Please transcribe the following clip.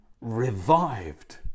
revived